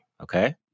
okay